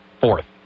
fourth